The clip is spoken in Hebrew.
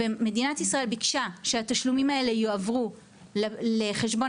ומדינת ישראל ביקשה שהתשלומים האלה יועברו לחשבון